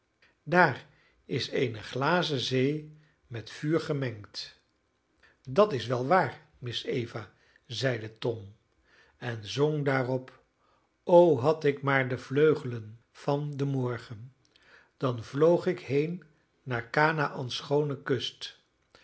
daar is eene glazen zee met vuur gemengd dat is wel waar miss eva zeide tom en zong daarop o had ik maar de vleuglen van den morgen dan vloog ik heen naar kanaäns schoone kust